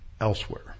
elsewhere